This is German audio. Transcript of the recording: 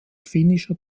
finnischer